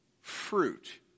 fruit